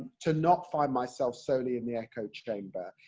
to not find myself solely in the echo chamber.